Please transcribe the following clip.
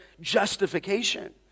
justification